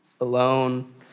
alone